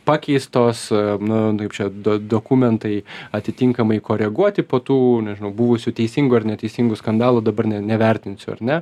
pakeistos nu čia do dokumentai atitinkamai koreguoti po tų nežinau buvusių teisingų ar neteisingų skandalų dabar ne nevertinsiu ar ne